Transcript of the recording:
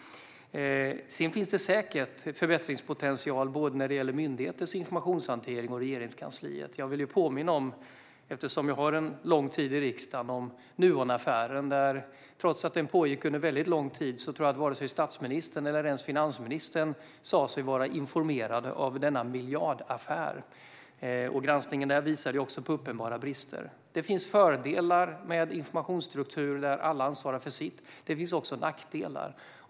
Sedan finns det säkert förbättringspotential när det gäller både myndigheters och Regeringskansliets informationshantering. Eftersom jag har en lång tid i riksdagen bakom mig vill jag påminna om Nuonaffären. Trots att den pågick under väldigt lång tid tror jag inte att vare sig statsministern eller ens finansministern sa sig vara informerad om denna miljardaffär. Granskningen där visade också på uppenbara brister. Det finns fördelar med informationsstrukturer där alla ansvarar för sitt, och det finns även nackdelar.